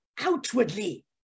outwardly